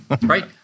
right